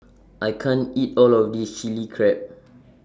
I can't eat All of This Chilli Crab